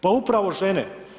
Pa upravo žene.